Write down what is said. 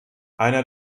einer